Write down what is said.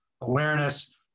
awareness